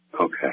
Okay